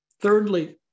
Thirdly